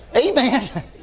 Amen